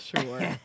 Sure